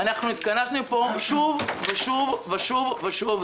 אנחנו התכנסנו פה שוב ושוב ושוב ושוב.